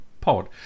pod